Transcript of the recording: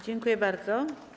Dziękuję bardzo.